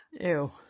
Ew